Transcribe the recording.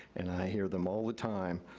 and i hear them all the time,